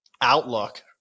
outlook